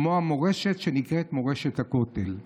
כמו המורשת שנקראת "מורשת הכותל".